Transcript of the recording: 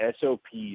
SOPs